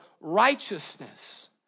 righteousness